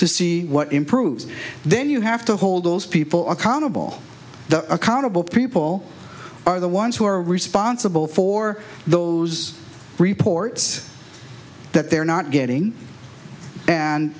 to see what improves then you have to hold those people accountable the accountable people are the ones who are responsible for those reports that they're not getting and